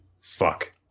Fuck